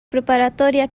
preparatoria